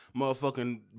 motherfucking